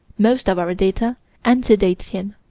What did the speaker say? most of our data antedate him,